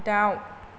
दाव